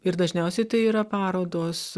ir dažniausiai tai yra parodos